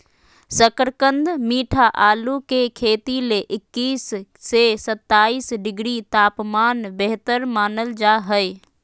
शकरकंद मीठा आलू के खेती ले इक्कीस से सत्ताईस डिग्री तापमान बेहतर मानल जा हय